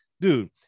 dude